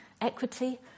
equity